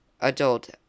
adult